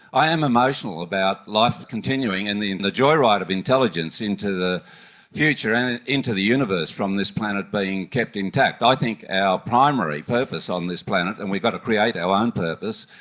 i am emotional about life continuing and the the joyride of intelligence into the future and into the universe from this planet being kept intact. i think our primary purpose on this planet, and we've got to create our own purpose,